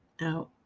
Now